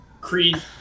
Creed